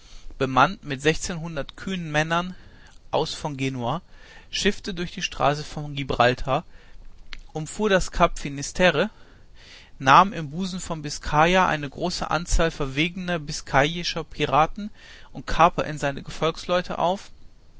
bemannt mit sechzehnhundert kühnen männern aus von genua schiffte durch die straße von gibraltar umfuhr das kap finisterre nahm im busen von biskaya eine große anzahl verwegener biskayischer piraten und kaper in sein schiffsgefolge auf